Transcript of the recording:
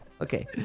Okay